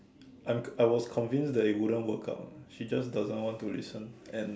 I'm I was convinced that it wouldn't work out lah she just doesn't want to listen and